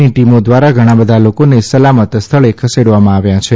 ની ટીમો દ્વારા ઘણાં બધાં લોકોને સલામત સ્થળે ખસેડવામાં આવ્યા છે